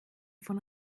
von